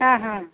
ಹಾಂ ಹಾಂ